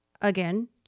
again